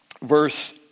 verse